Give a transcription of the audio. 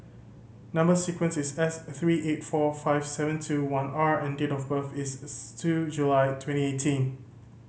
number sequence is S three eight four five seven two one R and date of birth is two July twenty eighteen